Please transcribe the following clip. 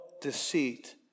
deceit